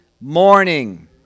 morning